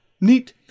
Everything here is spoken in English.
neat